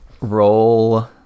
Roll